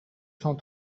cent